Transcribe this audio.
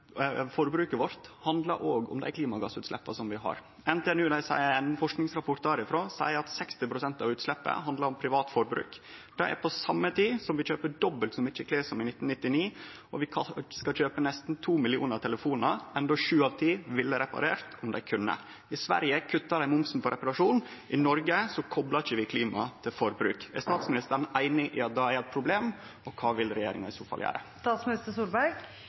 forbruket vårt òg handlar om dei klimagassutsleppa som vi har. NTNU seier i ein forskingsrapport at 60 pst. av utsleppa handlar om privat forbruk. Det er på same tid som vi kjøper dobbelt så mykje klede som i 1999. Og vi skal kjøpe nesten to millionar telefonar, endå sju av ti ville ha reparert dei om dei kunne. I Sverige kuttar dei momsen på reparasjon, i Noreg koplar vi ikkje klima til forbruk. Er statsministeren einig i at det er eit problem? Kva vil regjeringa i så fall